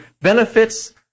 benefits